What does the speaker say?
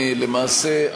למעשה,